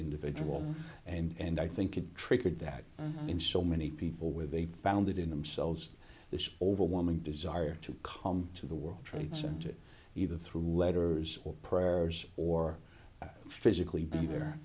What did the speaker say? individual and i think it triggered that in so many people with they found it in themselves this overwhelming desire to come to the world trade center either through letters or prayers or physically been there